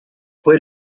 fue